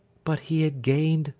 but he had gained,